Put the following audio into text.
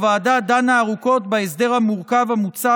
הוועדה דנה ארוכות בהסדר המורכב המוצע